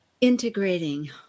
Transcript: Integrating